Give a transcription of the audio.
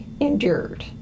endured